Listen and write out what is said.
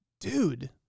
dude